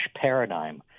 paradigm